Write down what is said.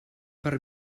per